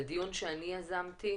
זהו דיון שאני יזמתי,